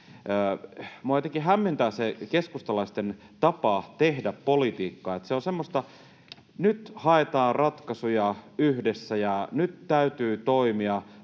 Minua jotenkin hämmentää se keskustalaisten tapa tehdä politiikkaa. Se on semmoista: nyt haetaan ratkaisuja yhdessä, ja nyt täytyy toimia